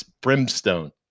brimstone